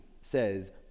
says